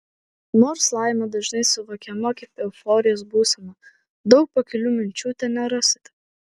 nors laimė dažnai suvokiama kaip euforijos būsena daug pakilių minčių ten nerasite